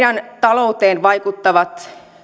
talouteen vaikuttavat